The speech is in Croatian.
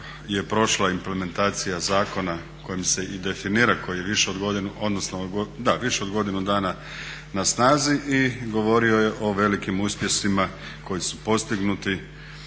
je prošla implementacija zakona kojim se i definira, koji je i više od godinu dana na snazi, i govorio o velikim uspjesima koji su postignuti